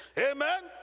amen